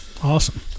Awesome